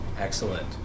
Excellent